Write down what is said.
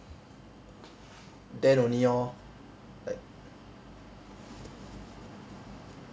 then only lor